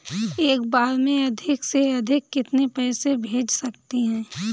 एक बार में अधिक से अधिक कितने पैसे भेज सकते हैं?